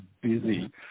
busy